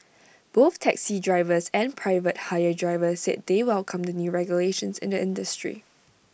both taxi drivers and private hire drivers said they welcome the new regulations in the industry